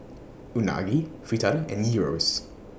Unagi Fritada and Gyros